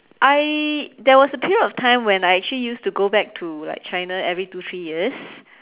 I there was a period of time when I actually used to go back to like China every two three years